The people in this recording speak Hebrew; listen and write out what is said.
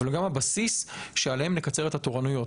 אבל הם גם הבסיס שעליו נקצר את התורנויות.